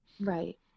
right